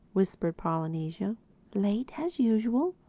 whispered polynesia late, as usual.